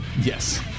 Yes